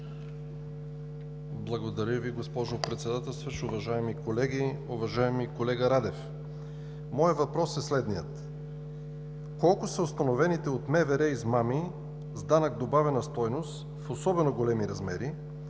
Благодаря Ви, госпожо Председател. Уважаеми колеги, уважаеми колега Радев! Моят въпрос е следният: колко са установените от МВР измами с данък добавена стойност в особено големи размери,